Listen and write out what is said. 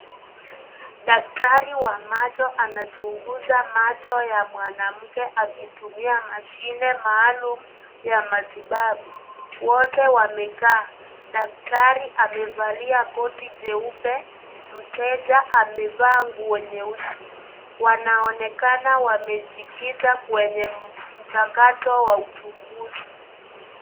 Daktari wa macho anachunguza macho ya mwanamke akitumia mashine maalum ya matibabu. Wote wamekaa. Daktari amevalia koti jeupe, mteja amevaa nguo nyeusi. Wanaonekana wamejikita kwenye mchakato wa uchunguzi.